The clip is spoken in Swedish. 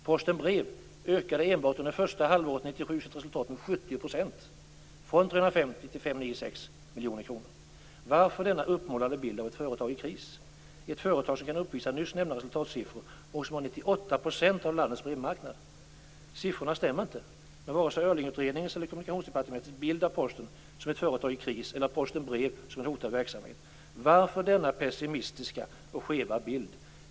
Posten Brev ökade enbart under första halvåret 1997 sitt resultat med 70 %, från 350 Varför målas denna bild upp av ett företag i kris, ett företag som kan uppvisa nyss nämnda resultatsiffror och som har 98 % av landets brevmarknad? Siffrorna stämmer inte med vare sig Öhrlingutredningens eller Kommunikationsdepartementets bild av Posten som ett företag i kris eller Posten Brev som en hotad verksamhet. Varför ges denna pessimistiska och skeva bild?